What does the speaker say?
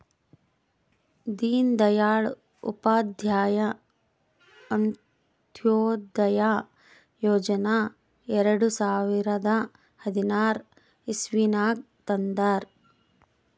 ದೀನ್ ದಯಾಳ್ ಉಪಾಧ್ಯಾಯ ಅಂತ್ಯೋದಯ ಯೋಜನಾ ಎರಡು ಸಾವಿರದ ಹದ್ನಾರ್ ಇಸ್ವಿನಾಗ್ ತಂದಾರ್